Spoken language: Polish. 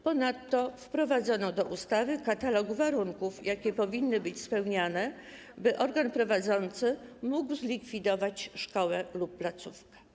Ponadto wprowadzono do ustawy katalog warunków, jakie powinny być spełniane, by organ prowadzący mógł zlikwidować szkołę lub placówkę.